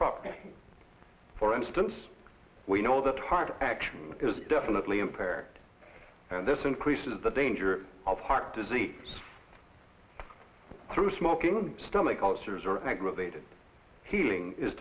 properly for instance we know that heart action is definitely impaired and this increases the danger of heart disease through smoking stomach ulcers are aggravated healing is